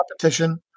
competition